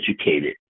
educated